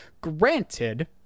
granted